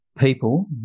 People